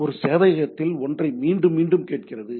எனவே இது சேவையகத்தில் ஒன்றை மீண்டும் மீண்டும் கேட்கிறது